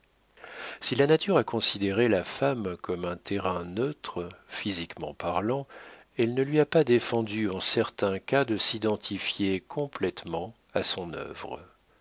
si la nature a considéré la femme comme un terrain neutre physiquement parlant elle ne lui a pas défendu en certains cas de s'identifier complétement à son œuvre